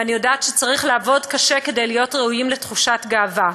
ואני יודעת שצריך לעבוד קשה כדי להיות ראויים לתחושת גאווה.